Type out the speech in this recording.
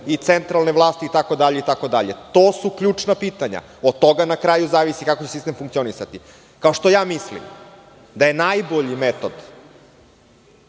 i centralne vlasti itd. To su ključna pitanja. Od toga na kraju zavisi kako će sistem funkcionisati. Kao što ja mislim da je najbolji metod